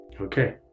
okay